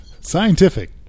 Scientific